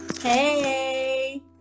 Hey